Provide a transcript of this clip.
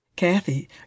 Kathy